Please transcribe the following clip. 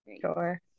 Sure